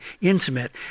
intimate